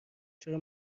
چرا